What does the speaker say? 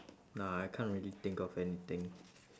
nah I can't really think of anything